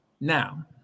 Now